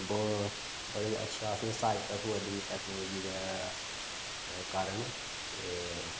ब बड़ी अच्छी असेंगी सहायता थ्होआ दी टैक्नोलाजी दे कारण ते